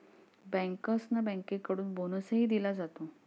बँकर्सना बँकेकडून बोनसही दिला जातो